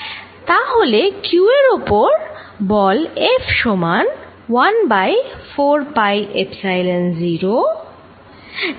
তাহলে q এর উপর বল F সমান 1 বাই 4পাই এপসাইলন 0